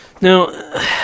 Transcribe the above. Now